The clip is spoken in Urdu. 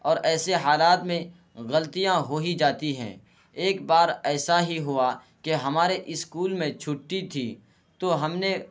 اور ایسے حالات میں غلطیاں ہو ہی جاتی ہیں ایک بار ایسا ہی ہوا کہ ہمارے اسکول میں چھٹی تھی تو ہم نے